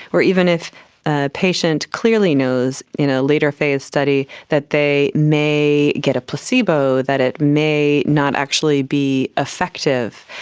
or even if a patient clearly knows in a later phase study that they may get a placebo, that it may not actually be effective,